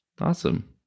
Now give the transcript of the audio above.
Awesome